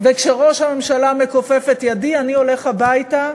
וכשראש הממשלה מכופף את ידי, אני הולך הביתה,